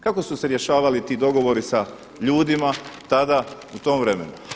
Kako su se rješavali ti dogovori sa ljudima tada u tom vremenu?